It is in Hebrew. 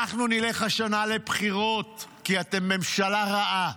אנחנו נלך השנה לבחירות כי אתם ממשלה רעה.